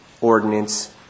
ordinance